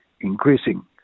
increasing